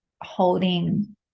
holding